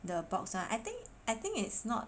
the box [one] I think I think it's not